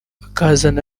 akazana